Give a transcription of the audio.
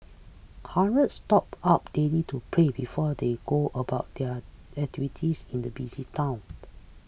hundreds stop up daily to pray before they go about their activities in the busy town